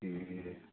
ए